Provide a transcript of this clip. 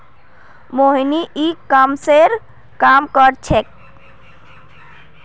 मोहिनी ई कॉमर्सेर काम कर छेक्